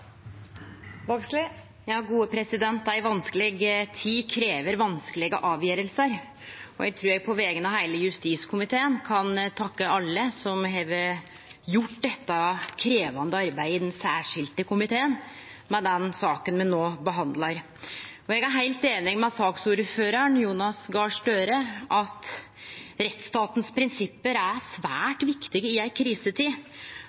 Ei vanskeleg tid krev vanskelege avgjerder. Eg trur eg på vegner av heile justiskomiteen kan takke alle i den særskilte komiteen, som har gjort dette krevjande arbeidet med den saka me no behandlar. Eg er heilt einig med saksordføraren, Jonas Gahr Støre, i at prinsippa til rettsstaten er